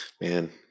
man